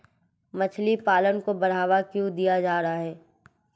मछली पालन को बढ़ावा क्यों दिया जा रहा है?